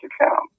account